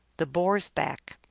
the boar s back.